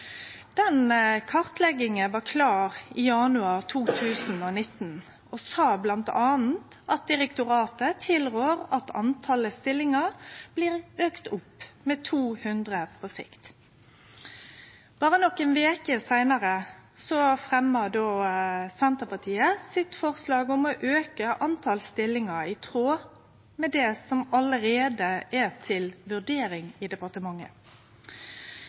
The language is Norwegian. Den kartlegginga var klar i januar 2019, og der stod det bl.a. at direktoratet tilrår at talet på stillingar blir auka med 200 på sikt. Berre nokre veker seinare fremja Senterpartiet forslag om å auke talet på stillingar, i tråd med det som allereie er til vurdering i departementet.